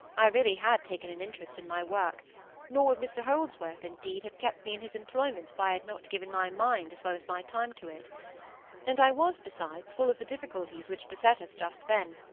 i really had taken an interest in my work nor would mr holdsworth, indeed, have kept me in his employment if i had not given my mind as well as my time to it and i was, besides, full of the difficulties which beset us just then,